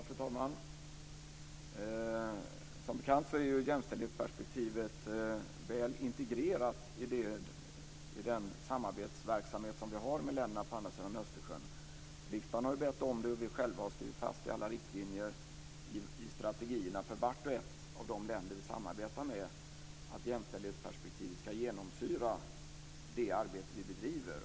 Fru talman! Som bekant är jämställdhetsperspektivet väl integrerat i den samarbetsverksamhet som vi har med länderna på andra sidan Östersjön. Riksdagen har bett om det. Och vi själva har skrivit fast i alla riktlinjer och i strategierna för vart och ett av de länder som vi samarbetar med att jämställdhetsperspektivet ska genomsyra det arbete som vi bedriver.